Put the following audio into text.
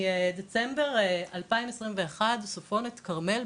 חודשים דצמבר 2021 סופה קטנה ושמה כרמל,